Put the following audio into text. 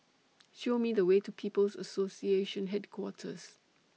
Show Me The Way to People's Association Headquarters